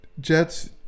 Jets